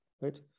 right